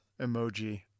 emoji